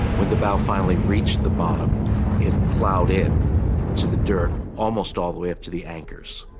when the bow finally reached the bottom it ploughed in to the dirt, almost all the way to the anchors.